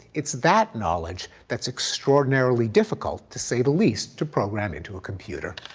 it's that knowledge that's extraordinarily difficult, to say the least to program into a computer.